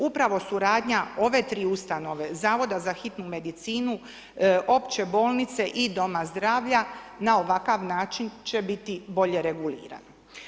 Upravo suradnja ove tri ustanove Zavoda za hitnu medicinu, opće bolnice i doma zdravlja na ovakav način će biti bolje reguliran.